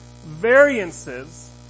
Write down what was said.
variances